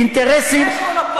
אינטרסים,